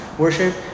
worship